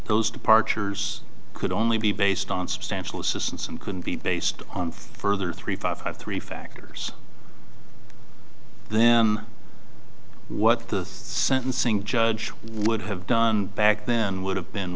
those departures could only be based on substantial assistance and could be based on a further three five three factors them what the sentencing judge would have done back then would have been